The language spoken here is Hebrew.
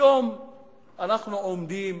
היום אנחנו עומדים,